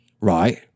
Right